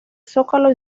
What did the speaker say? zócalo